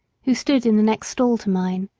who stood in the next stall to mine.